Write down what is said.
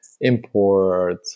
import